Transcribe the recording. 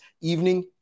evening